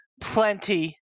plenty